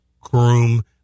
groom